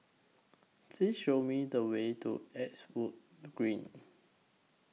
Please Show Me The Way to Eastwood Green